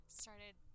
started